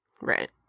Right